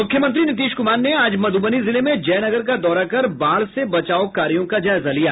मूख्यमंत्री नीतीश कुमार ने आज मधुबनी जिले में जयनगर का दौरा कर बाढ़ से बचाव कार्यों का जायजा लिया